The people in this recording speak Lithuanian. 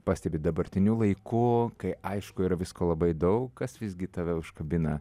pastebi dabartiniu laiku kai aišku yra visko labai daug kas visgi tave užkabina